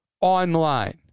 online